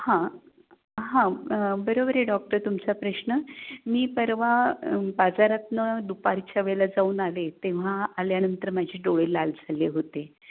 हां हां बरोबर आहे डॉक्टर तुमचा प्रश्न मी परवा बाजारातून दुपारच्या वेळेला जाऊन आले तेव्हा आल्यानंतर माझी डोळे लाल झाले होते